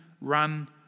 run